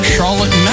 Charlotte